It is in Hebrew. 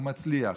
הוא מצליח,